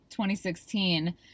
2016